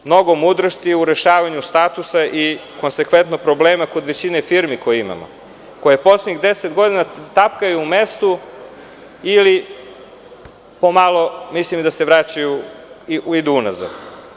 Mnogo mudrosti u rešavanju statusa i konsekventnog problema kod većine firmi koje imamo, koje poslednjih 10 godina tapkaju u mestu ili po malo mislim da se vraćaju, idu unazad.